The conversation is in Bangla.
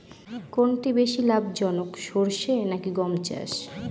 কোনটি বেশি লাভজনক সরষে নাকি গম চাষ?